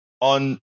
on